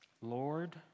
Lord